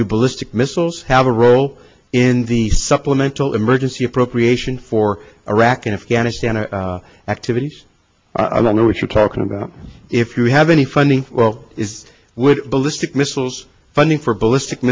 do ballistic missiles have a role in the supplemental emergency appropriation for iraq and afghanistan are activities i don't know what you're talking about if you have any funding or is with ballistic missiles funding for ballistic